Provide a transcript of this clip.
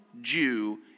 Jew